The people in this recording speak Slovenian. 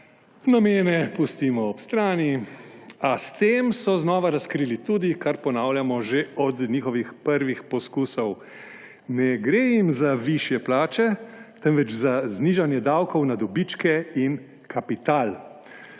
Namene pustimo ob strani, a s tem so znova razkrili tudi, kar ponavljamo že od njihovih prvih poskusov – ne gre jim za všije plače, temveč za znižanje davkov na dobičke in kapital.